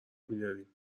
میداریم